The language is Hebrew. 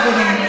חברים,